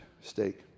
stake